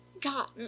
God